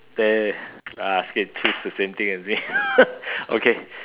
there uh scared choose the same thing as me okay